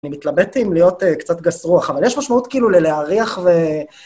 אני מתלבט עם להיות קצת גס רוח, אבל יש משמעות כאילו ללהריח ו...